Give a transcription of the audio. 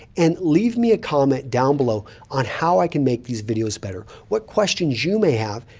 and leave me a comment down below on how i can make these videos better, what questions you may have,